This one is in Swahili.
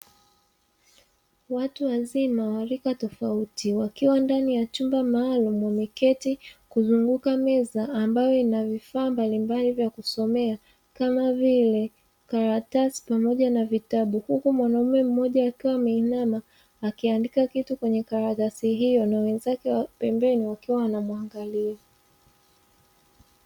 Watu wazima wa rika tofauti wakiwa ndani ya chumba maalumu wameketi kuzunguka meza ambayo ina vifaa mbalimbali vya kusomea kama vile karatasi pamoja na vitabu, huku mwanaume mmoja akiwa ameinama akiandika kitu kwenye karatasi hiyo na wenzake wa pembeni wakiwa wanamuangalia.